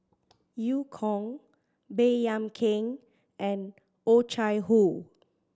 Eu Kong Baey Yam Keng and Oh Chai Hoo